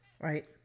Right